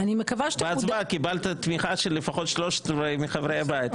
בהצבעה קיבלת תמיכה של לפחות שלושת רבעי מחברי הבית,